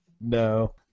No